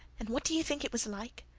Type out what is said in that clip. and what do you think it was like?